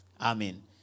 amen